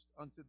unto